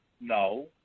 no